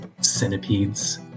centipedes